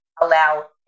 allow